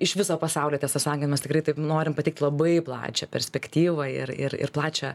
iš viso pasaulio tiesą sakan mes tikrai taip norim pateikti labai plačią perspektyvą ir ir ir plačią